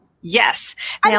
Yes